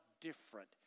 different